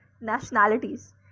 nationalities